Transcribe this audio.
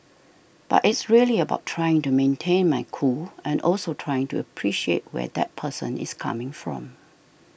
but it's really about trying to maintain my cool and also trying to appreciate where that person is coming from